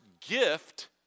gift